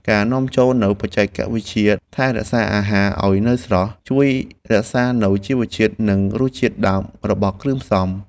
ការនាំចូលនូវបច្ចេកវិទ្យាថែរក្សាអាហារឱ្យនៅស្រស់ ជួយរក្សានូវជីវជាតិនិងរសជាតិដើមរបស់គ្រឿងផ្សំ។